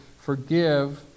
forgive